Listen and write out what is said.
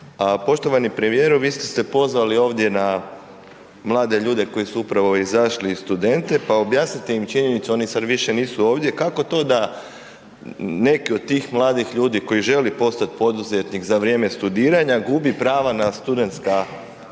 a poštovani premijeru, vi ste se pozvali ovdje na mlade ljude koji su upravo izašli i studente pa objasnite im činjenicu, oni sad više nisu ovdje, kako to da neki od tih mladih ljudi koji žele postat poduzetnik za vrijeme studiranja, gubi prava na studentska